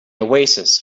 oasis